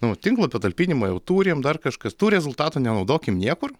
nu tinklapio patalpinimą jau turime dar kažkas tų rezultatų nenaudokime niekur